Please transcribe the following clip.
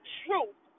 truth